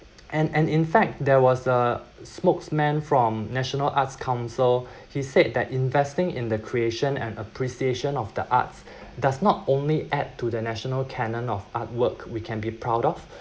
and and in fact there was a spokesman from national arts council he said that investing in the creation and appreciation of the arts does not only add to the national canon of art work we can be proud of